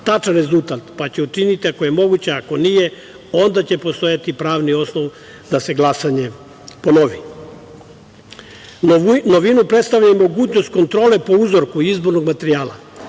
tačan rezultat, pa će učiniti, ako je moguće, ako nije onda će postojati pravni osnov da se glasanje ponovi. Novinu predstavlja i mogućnost kontrole po uzorku izbornog materijala